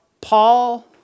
Paul